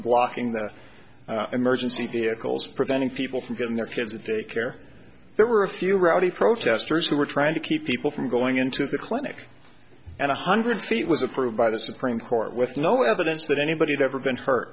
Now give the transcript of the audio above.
walking that emergency vehicles preventing people from getting their kids a day care there were a few rowdy protesters who were trying to keep people from going into the clinic and one hundred feet was approved by the supreme court with no evidence that anybody there ever been hurt